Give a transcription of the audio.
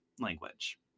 language